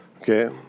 okay